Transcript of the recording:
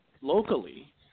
locally